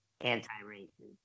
anti-racist